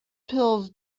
pills